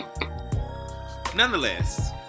Nonetheless